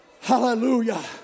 hallelujah